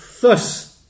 thus